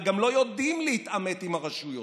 וגם לא יודעים להתעמת עם הרשויות.